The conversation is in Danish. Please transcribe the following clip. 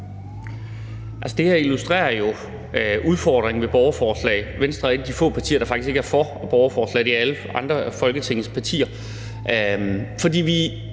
det her illustrerer jo udfordringen ved borgerforslag. Venstre er et af de få partier, der faktisk ikke er for borgerforslag; det er alle andre af Folketingets partier.